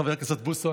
חבר הכנסת בוסו,